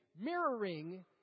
mirroring